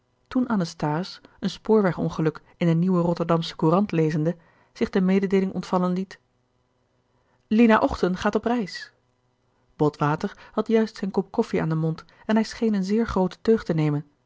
toen anasthase een spoorwegongeluk in de nieuwe rotterdamsche courant lezende zich de mededeeling ontvallen liet lina ochten gaat op reis botwater had juist zijn kop koffie aan den mond en hij scheen een zeer grooten teug te nemen